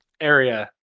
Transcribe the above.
Area